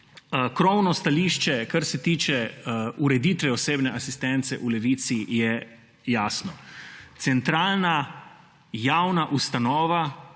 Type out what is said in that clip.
Krovno stališče, kar se tiče ureditve osebne asistence v Levici, je jasno. Centralna javna ustanova,